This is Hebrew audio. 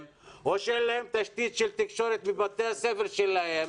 או שאין להם תשתית תקשורת בבתי הספר שלהם